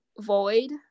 void